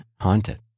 haunted